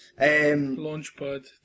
Launchpad